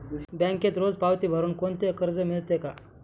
बँकेत रोज पावती भरुन कोणते कर्ज मिळते का?